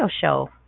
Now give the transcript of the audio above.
show